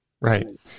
Right